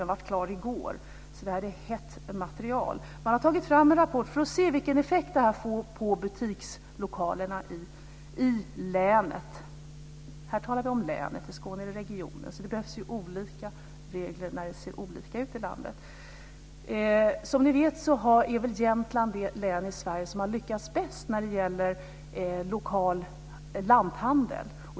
Den blev klar i går, så det är hett material. Man har tagit fram en rapport för att se vilken effekt det får på butikslokalerna i länet. Här talar vi om länet. I Skåne är det regionen. Det behövs olika regler när det ser olika ut i landet. Som ni vet är Jämtland det län i Sverige som har lyckats bäst när det gäller lokal lanthandel.